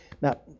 Now